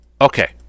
Okay